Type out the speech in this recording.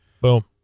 Boom